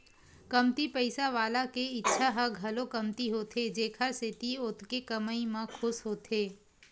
कमती पइसा वाला के इच्छा ह घलो कमती होथे जेखर सेती ओतके कमई म खुस होथे